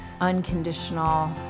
unconditional